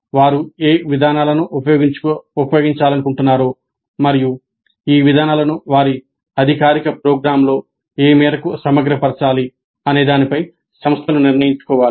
వారు ఏ విధానాలను ఉపయోగించాలనుకుంటున్నారో మరియు ఈ విధానాలను వారి అధికారిక ప్రోగ్రామ్లో ఏ మేరకు సమగ్రపరచాలి అనే దానిపై సంస్థలు నిర్ణయించుకోవాలి